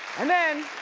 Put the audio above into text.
and then,